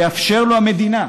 תאפשר לו המדינה,